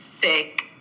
sick